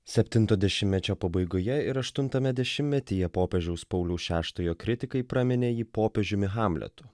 septinto dešimmečio pabaigoje ir aštuntame dešimmetyje popiežiaus pauliaus šeštojo kritikai praminė jį popiežiumi hamletu